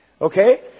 Okay